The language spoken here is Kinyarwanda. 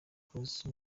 close